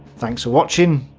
thanks for watching,